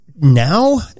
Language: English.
Now